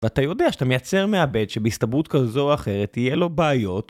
ואתה יודע שאתה מייצר מעבד שבהסתברות כזו או אחרת תהיה לו בעיות